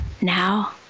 now